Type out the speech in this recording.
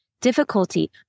difficulty